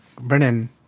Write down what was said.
Brennan